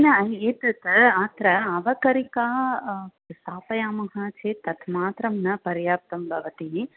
न एतत् अत्र अवकरीका स्थापयामः चेत् तत् मात्रं न पर्याप्तं भवति